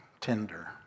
tender